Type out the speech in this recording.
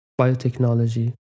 biotechnology